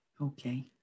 Okay